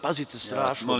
Pazite, strašno.